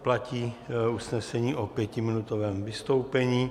Platí usnesení o pětiminutovém vystoupení.